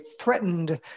threatened